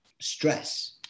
stress